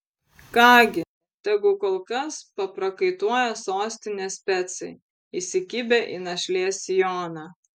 ką gi tegu kol kas paprakaituoja sostinės specai įsikibę į našlės sijoną